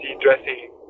dressing